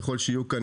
ככל שיהיו כאן,